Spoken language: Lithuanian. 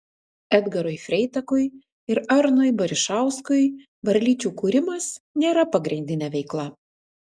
edgarui freitakui ir arnui barišauskui varlyčių kūrimas nėra pagrindinė veikla